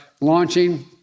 launching